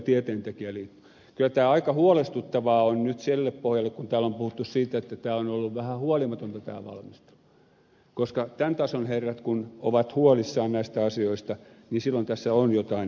kyllä tämä aika huolestuttavaa on nyt siltä pohjalta kun täällä on puhuttu siitä että tämä valmistelu on ollut vähän huolimatonta koska tämän tason herrat kun ovat huolissaan näistä asioista niin silloin tässä on jotain epäilyttävää